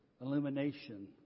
illumination